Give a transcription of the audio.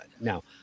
Now